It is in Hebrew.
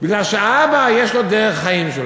בגלל שלאבא יש דרך חיים משלו?